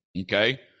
okay